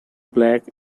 black